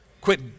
Quit